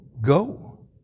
go